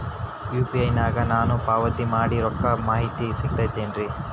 UPI ನಾಗ ನಾನು ಪಾವತಿ ಮಾಡಿದ ರೊಕ್ಕದ ಮಾಹಿತಿ ಸಿಗುತೈತೇನ್ರಿ?